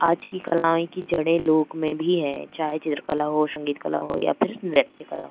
आज की कलाएँ की जड़ें लोक में भी हैं चाहे चित्रकला हो संगीत कला हो या फिर नृत्य कला हो